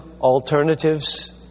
alternatives